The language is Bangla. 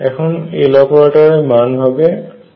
এখন Loperator এর মান হবে rp